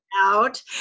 out